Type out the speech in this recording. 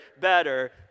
better